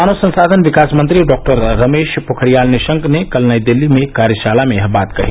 मानव संसाधन विकास मंत्री डॉक्टर रमेश पोखरियाल निशंक ने कल नई दिल्ली में एक कार्याशाला में यह बात कही